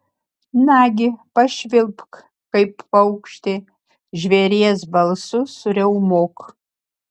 nagi pašvilpk kaip paukštė žvėries balsu suriaumok